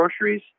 groceries